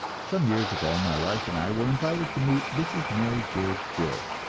some years ago my wife and i were invited to meet mrs. mary j. goode,